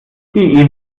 die